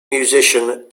musician